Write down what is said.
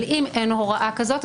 אבל אם אין הוראה כזאת,